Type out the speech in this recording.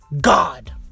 God